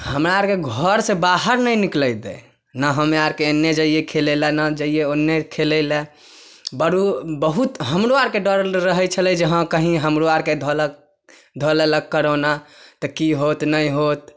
हमरा आरके घर से बाहर नहि निकलै दै ने हमरा आरके एन्ने जाइयै खेलै लए ने जाइयै ओन्ने खेलै लए बरु बहुत हमरो आरके डरल रहै छलै जे हँ कहि हमरो आरके धोलक धऽ ललक कोरोना तऽ की होत नहि होत